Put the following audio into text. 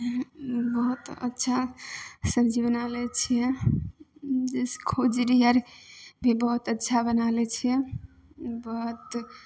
बहुत अच्छा सब्जी बना लै छिए जइसे खजुरी आर भी बहुत अच्छा बना लै छिए बहुत